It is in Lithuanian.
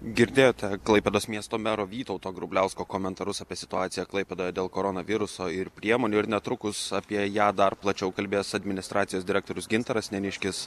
girdėjote klaipėdos miesto mero vytauto grubliausko komentarus apie situaciją klaipėdoje dėl koronaviruso ir priemonių ir netrukus apie ją dar plačiau kalbės administracijos direktorius gintaras neniškis